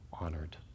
honored